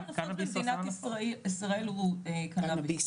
הסם הנפוץ ביותר במדינת ישראל הוא קנאביס,